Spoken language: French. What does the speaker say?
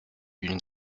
d’une